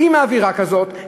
אם האווירה כזאת,